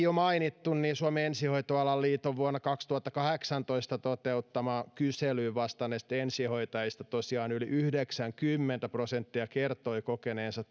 jo mainittu niin suomen ensihoitoalan liiton vuonna kaksituhattakahdeksantoista toteuttamaan kyselyyn vastanneista ensihoitajista tosiaan yli yhdeksänkymmentä prosenttia kertoi kokeneensa